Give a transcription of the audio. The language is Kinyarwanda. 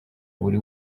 buri